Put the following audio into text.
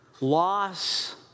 loss